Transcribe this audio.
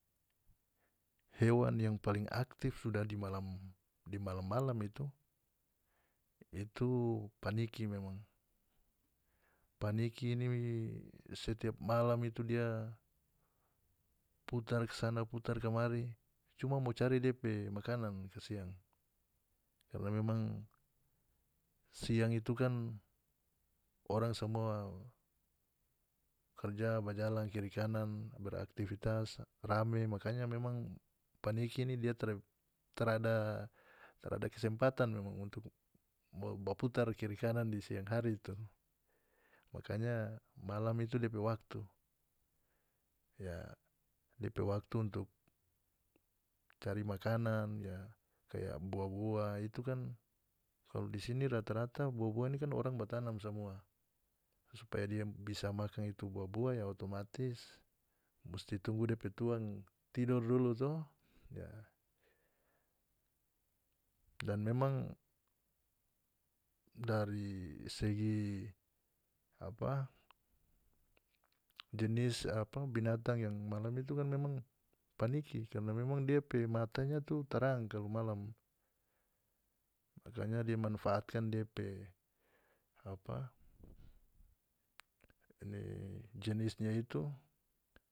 Hewan yang paling aktif sudah di malam di malam malam itu itu paniki memang paniki ini setiap malam itu dia putar kasana putar kamari cuma mo cari dia pe makanan kasiang karna memang siang itu kan orang samua karja bajalang kiri kanan beraktivitas rame makanya memang paniki ini dia tara tarada tarada kesempatan memang untuk mo ba putar kiri kanan di siang hari itu makanya malam itu depe waktu ya depe waktu untuk cari makanan ya kaya buah-buah itu kan kalu di sini rata-rata buah-buah ini kan orang batanam samua supaya dia bisa makan itu buah-buah ya otomatis musti tunggu depe tuang tidor dulu to ya dan memang dari segi apa jenis apa binatang yang malam itu kan memang paniki karna memang dia pe mata itu tarang kalu malam makanya dia manfaatkan dia pe apa ini jenisnya itu.